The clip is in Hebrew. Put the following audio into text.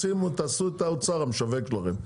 תעשו את האוצר המשווק שלכם,